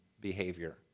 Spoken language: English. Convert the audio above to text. behavior